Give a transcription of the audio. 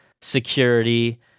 security